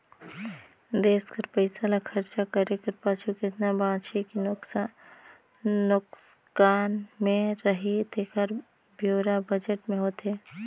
देस कर पइसा ल खरचा करे कर पाछू केतना बांचही कि नोसकान में रही तेकर ब्योरा बजट में होथे